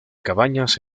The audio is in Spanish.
cabañas